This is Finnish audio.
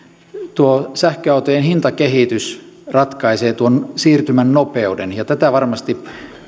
sähköautojen hintakehitys ratkaisee tuon siirtymän nopeuden ja tätä varmasti